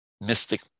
mystic